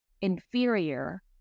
inferior